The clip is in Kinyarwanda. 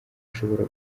ashobora